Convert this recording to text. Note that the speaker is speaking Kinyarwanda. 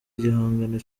igihangano